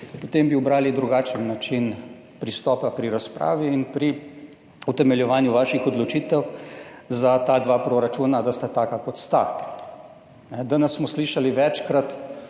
potem bi ubrali drugačen način pristopa pri razpravi in pri utemeljevanju vaših odločitev za ta dva proračuna, da sta taka, kot sta. Danes smo večkrat